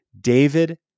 David